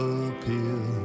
appeal